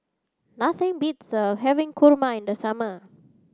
nothing beats having kurma in the summer